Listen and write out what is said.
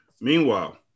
Meanwhile